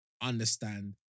understand